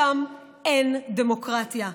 שם אין דמוקרטיה.